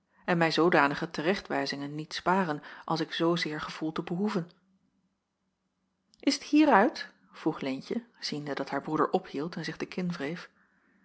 en mij zoodanige te recht wijzingen niet sparen als ik zoozeer gevoel te behoeven is het hier uit vroeg leentje ziende dat haar broeder ophield en zich de kin wreef